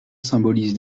symbolise